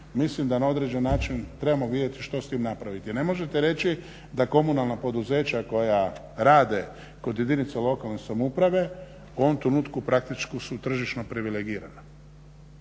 mislim da na određeni način trebamo vidjeti što s tim napraviti jer ne možete reći da komunalna poduzeća koja rade kod jedinica lokalne samouprave u ovom trenutku praktički su tržišno privilegirana.